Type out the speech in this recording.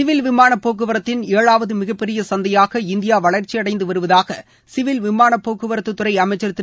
civil விமானப் போக்குவரத்தின் ஏழாவது மிகப்பெரிய சந்தையாக இந்தியா வளர்ச்சியடைந்து வருவதாக சிவில் விமானப் போக்குவரத்துத்துறை அமைச்சர் திரு